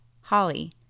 Holly